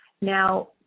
Now